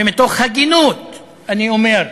ומתוך הגינות אני אומר: